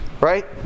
right